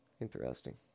Interesting